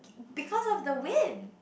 because of the wind